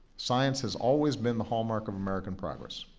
science has always been the hallmark of american progress.